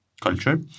culture